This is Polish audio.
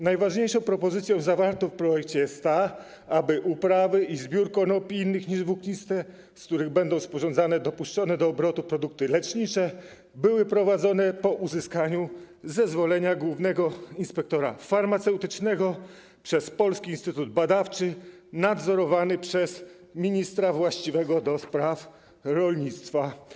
Najważniejszą propozycją zawartą w projekcie jest ta, aby uprawy i zbiór konopi innych niż włókniste, z których będą sporządzane dopuszczone do obrotu produkty lecznicze, były prowadzone po uzyskaniu zezwolenia głównego inspektora farmaceutycznego przez polski instytut badawczy nadzorowany przez ministra właściwego do spraw rolnictwa.